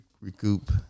recoup